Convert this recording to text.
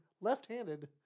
left-handed